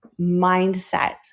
mindset